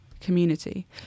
community